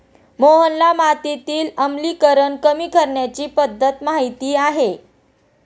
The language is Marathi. मोहनला मातीतील आम्लीकरण कमी करण्याची पध्दत माहित आहे